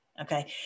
okay